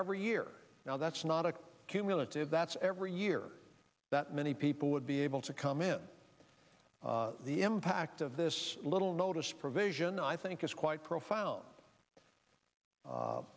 every year now that's not a cumulative that's every year that many people would be able to come in the impact of this little notice provision i think is quite profound